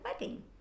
wedding